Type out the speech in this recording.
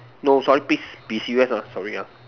no sorry please be serious ah sorry ah